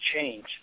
change